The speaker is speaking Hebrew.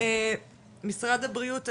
משרד הבריאות,